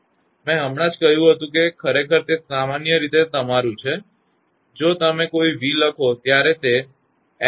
મેં હમણાં જ કહ્યું હતું ખરેખર તે સામાન્ય રીતે તમારુ છે જો તમે કોઈ v લખો ત્યારે તે 𝐿×𝑑𝑖𝑑𝑡 ની બરાબર છે